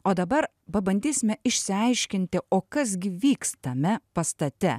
o dabar pabandysime išsiaiškinti o kas gi vyks tame pastate